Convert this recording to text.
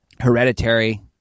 Hereditary